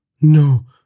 No